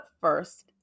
first